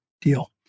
deal